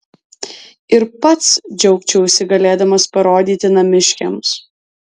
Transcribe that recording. ir pats džiaugčiausi galėdamas parodyti namiškiams